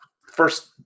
first